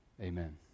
amen